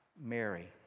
Mary